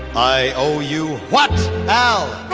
i owe you what? now.